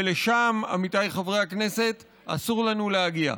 ולשם, עמיתיי חברי הכנסת, אסור לנו להגיע.